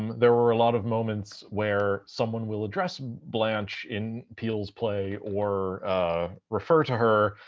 there were a lot of moments where someone will address blanche in peele's play, or refer to her,